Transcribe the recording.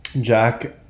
Jack